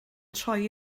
troi